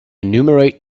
enumerate